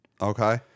Okay